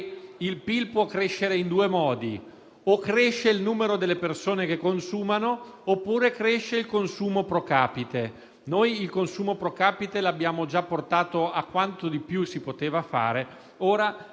il PIL può crescere in due modi: o aumenta il numero delle persone che consumano, oppure aumenta il consumo *pro capite.* Noi, il consumo *pro capite* lo abbiamo già portato a quanto di più si poteva fare; ora,